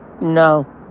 No